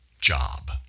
job